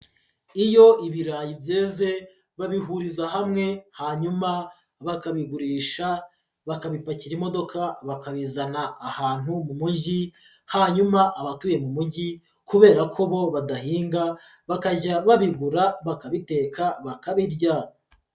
Iyo ibirayi byeze babihuriza hamwe hanyuma bakabigurisha, bakabipakira imodoka bakabizana ahantu mu mujyi, hanyuma abatuye mu mujyi kubera ko bo badahinga bakajya babigura bakabiteka bakabirya.